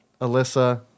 Alyssa